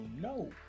no